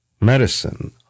medicine